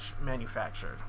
manufactured